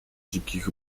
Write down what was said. dzikich